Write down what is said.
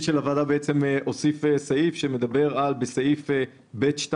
של הוועדה הוסיף בסיפה של סעיף (ב)(2)